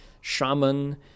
shaman